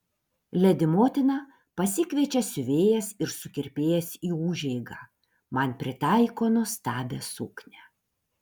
ledi motina pasikviečia siuvėjas ir sukirpėjas į užeigą man pritaiko nuostabią suknią